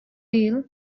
deal